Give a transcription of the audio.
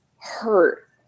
hurt